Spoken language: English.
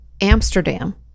Amsterdam